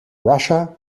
russia